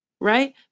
right